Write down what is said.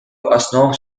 основу